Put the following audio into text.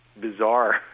bizarre